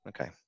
okay